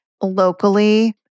locally